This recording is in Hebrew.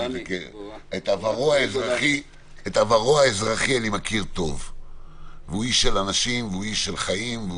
את עברו האזרחי אני מכיר טוב והוא איש של אנשים והוא איש של חיים.